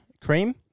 cream